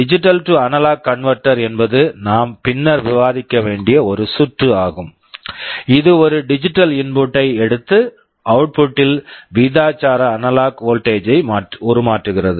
digital to analog converter digital to analog converter என்பது நாம் பின்னர் விவாதிக்க வேண்டிய ஒரு சுற்று ஆகும் இது ஒரு டிஜிட்டல் digital இன்புட் input ஐ எடுத்து அவுட்புட் output ல் விகிதாசார அனலாக் வோல்ட்டேஜ் analog voltage ஐ உருவாக்குகிறது